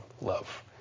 love